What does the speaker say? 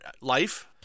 life